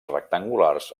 rectangulars